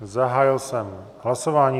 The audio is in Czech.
Zahájil jsem hlasování.